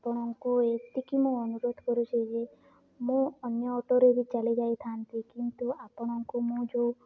ଆପଣଙ୍କୁ ଏତିକି ମୁଁ ଅନୁରୋଧ କରୁଛି ଯେ ମୁଁ ଅନ୍ୟ ଅଟୋରେ ବି ଚାଲି ଯାଇଥାନ୍ତି କିନ୍ତୁ ଆପଣଙ୍କୁ ମୁଁ ଯୋଉ